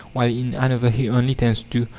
while in another he only tends two,